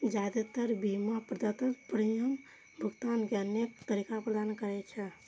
जादेतर बीमा प्रदाता प्रीमियम भुगतान के अनेक तरीका प्रदान करै छै